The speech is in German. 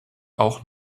auch